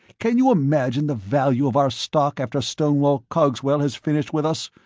can you imagine the value of our stock after stonewall cogswell has finished with us?